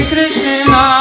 Krishna